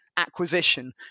acquisition